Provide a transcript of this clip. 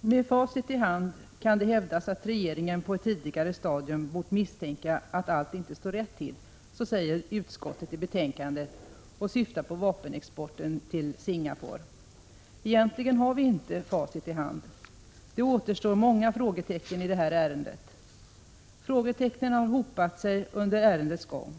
”Med facit i hand kan det hävdas att regeringarna på ett tidigare stadium bort misstänka att allt inte stod rätt till.” Så säger utskottet i betänkandet och syftar på vapenexporten till Singapore. Egentligen har vi inte facit i hand. Det återstår många frågetecken i detta ärende. Frågetecknen har hopat sig under ärendets gång.